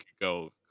go